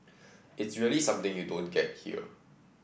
it's really something you don't get here